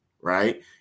right